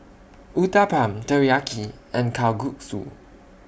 Uthapam Teriyaki and Kalguksu